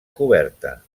coberta